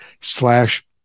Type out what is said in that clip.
slash